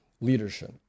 leadership